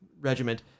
regiment